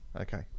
Okay